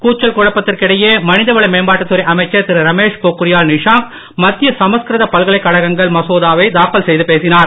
கூச்சல் குழப்பத்திற்கிடையே மனிதவள மேம்பாட்டுத்துறை அமைச்சர் திரு ரமேஷ் பொக்ரியால் நிஷாங்க் மத்திய சமஸ்கிருத பல்கலைக்கழகங்கள் மசோதாவை தாக்கல் செய்து பேசினார்